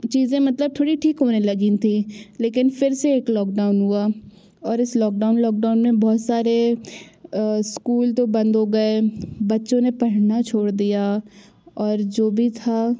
चीज़े मतलब थोड़ी ठीक होने लगी थी लेकिन फिर से एक लॉकडाउन हुआ और इस लॉकडाउन लॉकडाउन में बहुत सारे स्कूल तो बंद हो गए बच्चों ने पढ़ना छोड़ दिया और जो भी था